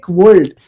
world